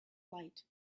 light